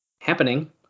happening